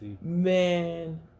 Man